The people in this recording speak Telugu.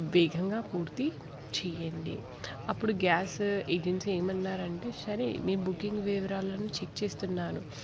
వేగంగా పూర్తి చేయండి అప్పుడు గ్యాస్ ఏజెన్సీ ఏమన్నారు అంటే సరే మీ బుకింగ్ వివరాలను చెక్ చేస్తున్నాను